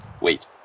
wait